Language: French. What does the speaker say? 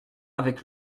avec